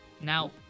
Now